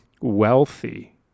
wealthy